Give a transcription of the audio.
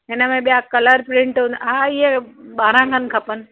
हिन में ॿिया कलर प्रिंट हा या ॿारह खनि खपनि